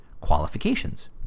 qualifications